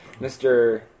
mr